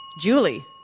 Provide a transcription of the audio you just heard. Julie